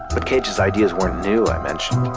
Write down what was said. but cage's ideas weren't new, i mentioned.